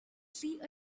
see